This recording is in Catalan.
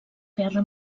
guerra